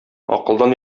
акылдан